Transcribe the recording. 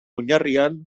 oinarrian